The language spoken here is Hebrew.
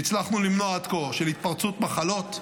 שהצלחנו למנוע עד כה, של התפרצות מחלות,